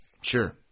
sure